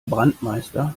brandmeister